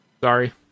Sorry